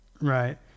Right